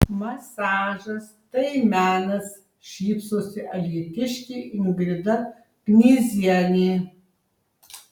masažas tai menas šypsosi alytiškė ingrida knyzienė